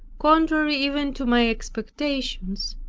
contrary even to my expectations,